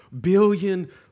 billion